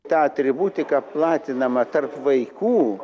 ta atributika platinama tarp vaikų